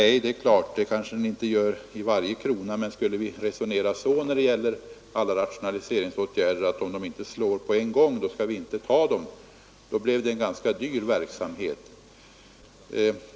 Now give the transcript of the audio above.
Nej, det är klart att den kanske inte gör i varje krona, men verksamheten skulle bli ganska dyr om vi beträffande alla rationaliseringsåtgärder skulle resonera så att om de inte slår på en gång skall vi inte genomföra dem.